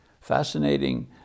fascinating